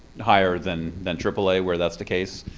higher than than aaa, where that's the case.